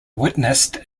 witnessed